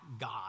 God